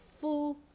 full